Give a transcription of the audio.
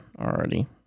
already